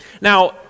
Now